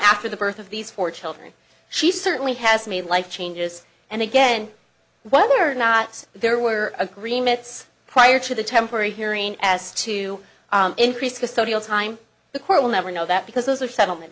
after the birth of these four children she certainly has made life changes and again whether or not there were agreements prior to the temporary hearing as to increase custodial time the court will never know that because those are settlement